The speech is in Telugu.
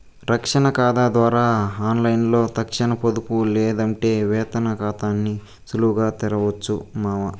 తక్షణ కాతా ద్వారా ఆన్లైన్లో తక్షణ పొదుపు లేదంటే వేతన కాతాని సులువుగా తెరవొచ్చు మామా